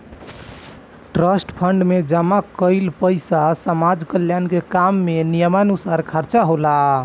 trust fund में जमा कईल पइसा समाज कल्याण के काम में नियमानुसार खर्चा होला